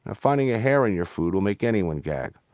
ah finding a hair in your food will make anyone gag.